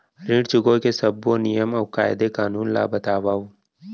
ऋण चुकाए के सब्बो नियम अऊ कायदे कानून ला बतावव